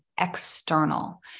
external